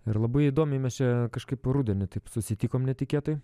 ir labai įdomimiai mes čia kažkaip rudenį taip susitikom netikėtai